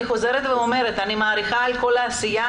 אני חוזרת ואומרת שאני מעריכה את כל העשייה,